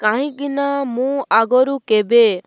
କାହିଁକିନା ମୁଁ ଆଗରୁ କେବେ